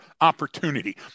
opportunity